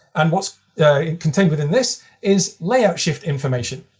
and what's contained within this is layout shift information.